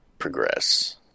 progress